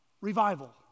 revival